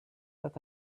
that